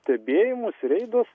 stebėjimus reidus